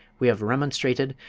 we have remonstrated,